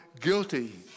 guilty